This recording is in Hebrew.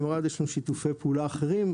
עם ערד יש לנו שיתופי פעולה אחרים.